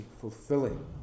fulfilling